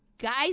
guy's